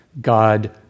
God